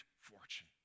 fortune